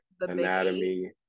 anatomy